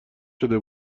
شده